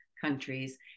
countries